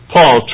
Paul